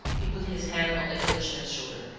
he put his hand on the englishman's shoulder.